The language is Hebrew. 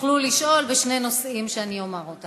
תוכלו לשאול בשני נושאים שאני אומר אותם.